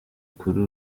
kuri